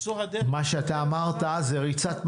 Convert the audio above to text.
מה שאתה אמרת זה ריצת מרתון.